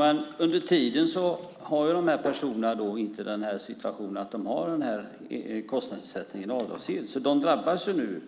Fru talman! Men under tiden är ju inte kostnadsersättningen avdragsgill för de här personerna. De drabbas nu.